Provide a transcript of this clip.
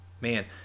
man